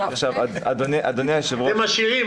אתם עשירים,